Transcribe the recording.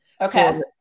Okay